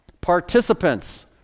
participants